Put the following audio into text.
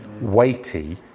weighty